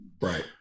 Right